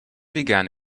began